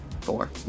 four